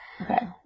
Okay